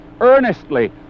earnestly